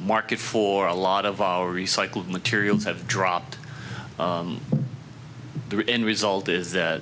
market for a lot of our recycled materials have dropped the end result is that